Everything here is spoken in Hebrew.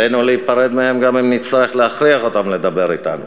עלינו להיפרד מהם גם אם נצטרך להכריח אותם לדבר אתנו